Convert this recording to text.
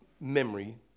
memory